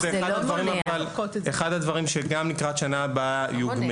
זה אחד הדברים שיוגמשו לקראת שנה הבאה,